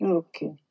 okay